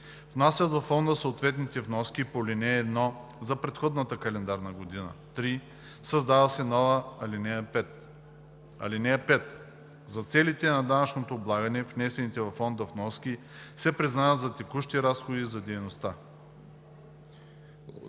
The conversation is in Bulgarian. внасят във фонда съответните вноски по ал. 1 за предходната календарна година.“ 3. Създава се нова ал. 5: „(5) За целите на данъчното облагане внесените във фонда вноски се признават за текущи разходи за дейността“.“